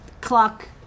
clock